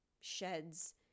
sheds